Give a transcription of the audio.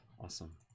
Awesome